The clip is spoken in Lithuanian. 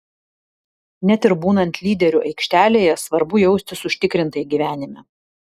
net ir būnant lyderiu aikštelėje svarbu jaustis užtikrintai gyvenime